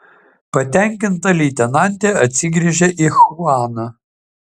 patenkinta leitenantė atsigręžė į chuaną